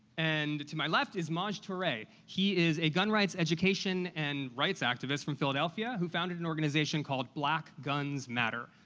and to my left is maj toure. he is a gun-rights education and rights activist from philadelphia who founded an organization called black guns matter.